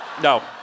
No